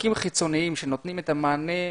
ספקים חיצוניים שנותנים את המענה לאולפנים.